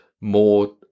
more